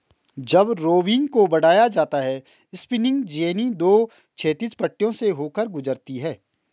जब रोविंग को बढ़ाया जाता है स्पिनिंग जेनी दो क्षैतिज पट्टियों से होकर गुजरती है